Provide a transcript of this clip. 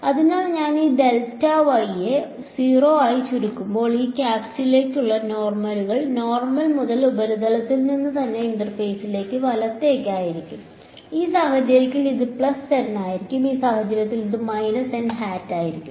അതിനാൽ ഞാൻ ഈ ഡെൽറ്റ വൈയെ 0 ആയി ചുരുക്കുമ്പോൾ ഈ ക്യാപ്സിലേക്കുള്ള നോർമലുകൾ നോർമൽ മുതൽ ഉപരിതലത്തിൽ നിന്ന് തന്നെ ഇന്റർഫേസിലേക്ക് വലത്തേയ്ക്ക് ആയിരിക്കും ഈ സാഹചര്യത്തിൽ ഇത് പ്ലസ് n ആയിരിക്കും ഈ സാഹചര്യത്തിൽ ഇത് മൈനസ് n ഹാറ്റ് ആയിരിക്കും